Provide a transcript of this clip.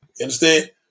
Understand